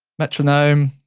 metronome,